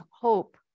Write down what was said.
hope